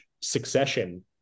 Succession